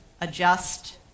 adjust